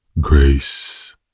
Grace